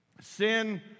Sin